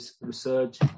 research